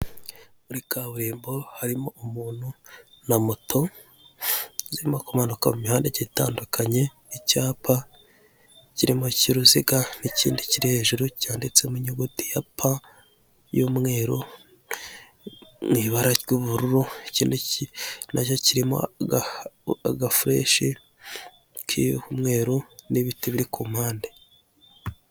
Muri kaburimbo harimo umuntu na moto zirimo kumanuka mu mihanda itandukanye, n'icyapa kiririmo cy'uruziga, ikindi kiri hejuru cyanditsemo nyuguti ya pa, y'umweru mu ibara ry'ubururu ikindi nacyo kirimo agafureshi k'umweru n'ibiti biri ku mpande.